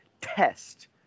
test